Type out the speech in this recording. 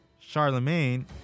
Charlemagne